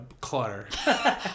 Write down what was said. clutter